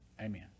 amen